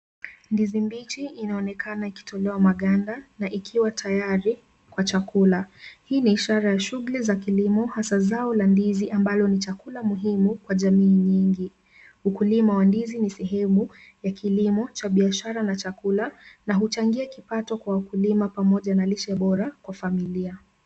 Ndizi mbichi inaonekana ikitolewa maganda na ikiwa tayari kwa chakula. Hii ni ishara za shughuli za kilimo hasa zao ya ndizi ambalo ni chakula muhimu kwa jamii nyingi. ukulima wa ndizi ni sehemu ya kilimo cha biashara na chakula na uchangia kipato kwa wakulima pamoja na lishe bora kwa familia.